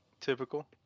typical